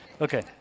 Okay